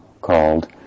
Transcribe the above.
called